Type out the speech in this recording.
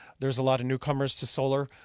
there's a lot of newcomers to solar.